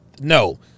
no